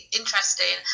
interesting